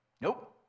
Nope